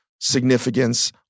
significance